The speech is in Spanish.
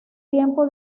tiempo